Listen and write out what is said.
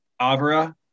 Avra